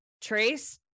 Trace